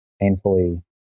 painfully